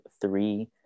three